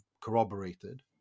corroborated